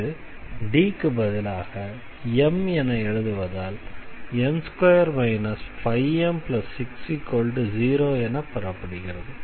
இது D க்கு பதிலாக m என எழுதுவதால் m2 5m60 என பெறப்படுகிறது